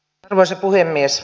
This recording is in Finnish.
arvoisa puhemies